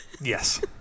Yes